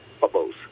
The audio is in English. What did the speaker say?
bubbles